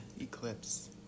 eclipse